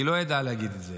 היא לא ידעה להגיד את זה.